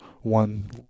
one